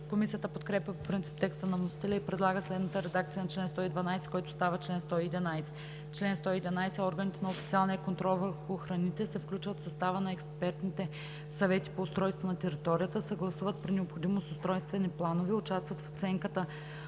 Комисията подкрепя по принцип текста на вносителя и предлага следната редакция на чл. 112, който става чл. 111: „Чл. 111. Органите на официалния контрол върху храните се включват в състава на експертните съвети по устройство на територията, съгласуват при необходимост устройствени планове, участват в оценката